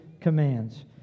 commands